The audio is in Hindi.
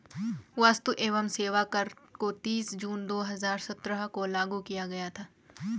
वस्तु एवं सेवा कर को तीस जून दो हजार सत्रह को लागू किया गया था